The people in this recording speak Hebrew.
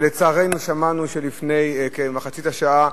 ולצערנו שמענו לפני כמחצית השעה